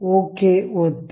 okay ಒತ್ತಿ